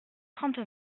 trente